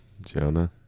Jonah